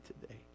today